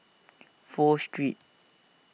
Pho Street